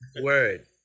Word